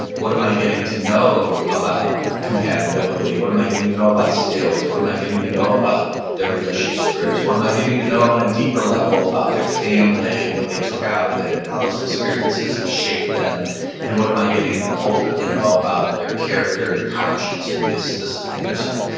what am i getting to know about compatibility? what am i getting to know about skills? what am i getting to know about their relation scripts? what am i getting to know on a deeper level about their family and what they took out of it and how those experiences have shaped them and what am i getting to ultimately know about their character and conscience in this this inner sight?